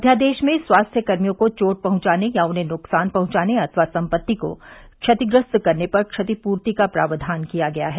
अध्यादेश में स्वास्थ्यकर्मियों को चोट पहुंचाने या उन्हें नुकसान पहुंचाने अथवा संपत्ति को क्षतिग्रस्त करने पर क्षतिपूर्ति का प्रावधान किया गया है